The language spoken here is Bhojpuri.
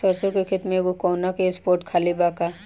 सरसों के खेत में एगो कोना के स्पॉट खाली बा का?